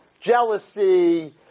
Jealousy